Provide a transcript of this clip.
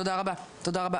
תודה רבה.